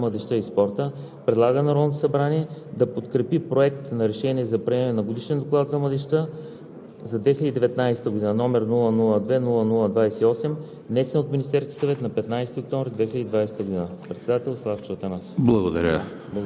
В резултат на дискусията и въз основа на проведеното гласуване с 11 гласа „за“, 5 гласа „против“ и 2 гласа „въздържал се“, Комисията по въпросите на децата, младежта и спорта предлага на Народното събрание да подкрепи Проект на решение за приемане на Годишен доклад за младежта